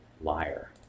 liar